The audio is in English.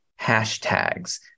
hashtags